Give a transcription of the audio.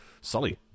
Sully